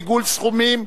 עיגול סכומים),